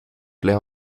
play